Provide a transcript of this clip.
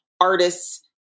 artists